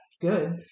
Good